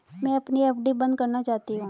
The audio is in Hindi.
मैं अपनी एफ.डी बंद करना चाहती हूँ